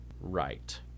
Right